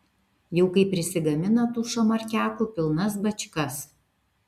jau kai prisigamina tų šamarkiakų pilnas bačkas